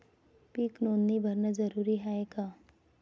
पीक नोंदनी भरनं जरूरी हाये का?